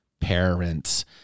parents